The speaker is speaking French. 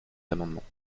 amendements